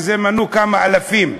שמנו כמה אלפים,